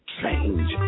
change